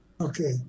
Okay